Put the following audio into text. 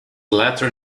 latter